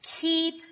Keep